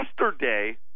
yesterday